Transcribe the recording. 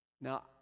Now